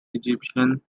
egyptian